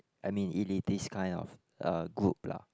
I mean elitist kind of uh group lah